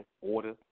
order